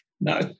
no